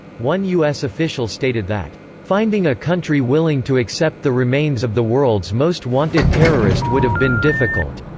one us official stated that finding a country willing to accept the remains of the world's most wanted terrorist would have been difficult.